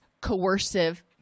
coercive